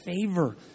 favor